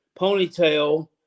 ponytail